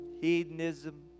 hedonism